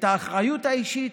האחריות האישית,